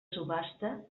subhasta